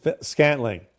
Scantling